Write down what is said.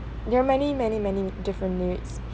there are many many many different lyrics